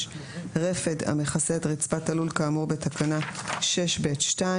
רפד המכסה את רצפת הלול כאמור בתקנה 6(ב)(2).